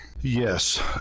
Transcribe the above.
Yes